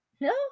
No